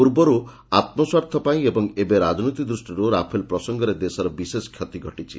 ପୂର୍ବରୁ ଆତ୍ମସ୍ୱାର୍ଥ ପାଇଁ ଏବଂ ଏବେ ରାଜନୀତି ଦୂଷ୍ଟିରୁ ରାଫେଲ ପ୍ରସଙ୍ଗରେ ଦେଶର ବିଶେଷ କ୍ଷତି ଘଟିଛି